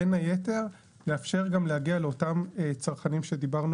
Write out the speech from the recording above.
בין היתר לאפשר גם להגיע לאותם צרכנים שדיברנו